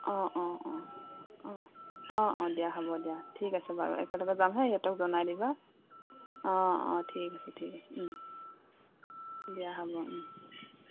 অঁ অঁ অঁ অঁ অঁ অঁ দিয়া হ'ব দিয়া ঠিক আছে বাৰু একেলগত যাম দেই সিহঁতক জনাই দিবা অঁ অঁ ঠিক আছে ঠিক আছে দিয়া হ'ব